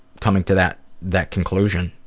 coming to that that conclusion.